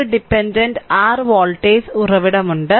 ഒരു dependent r voltage ഉറവിടമുണ്ട്